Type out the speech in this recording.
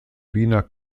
wiener